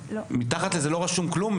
מתחת לזה לא רשום כלום?